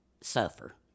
suffer